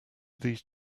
these